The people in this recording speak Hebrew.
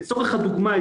לצורך הדוגמה,